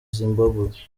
zimbabwe